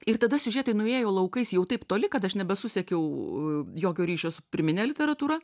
ir tada siužetai nuėjo laukais jau taip toli kad aš nebesusekiau jokio ryšio su pirmine literatūra